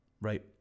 right